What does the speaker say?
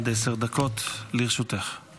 עד עשר דקות לרשותך.